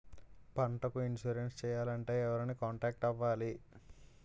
పంటకు ఇన్సురెన్స్ చేయాలంటే ఎవరిని కాంటాక్ట్ అవ్వాలి?